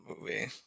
movie